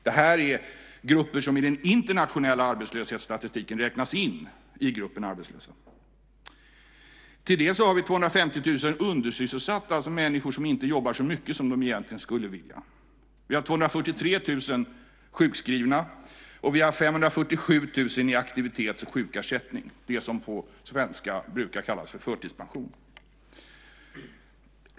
Det här är grupper som i den internationella arbetslöshetsstatistiken räknas in i gruppen arbetslösa. Till det har vi 250 000 undersysselsatta, alltså människor som inte jobbar så mycket som de egentligen skulle vilja. Vi har 243 000 sjukskrivna och 547 000 i aktivitets och sjukersättning, det som på svenska brukar kallas för förtidspension.